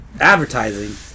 advertising